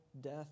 death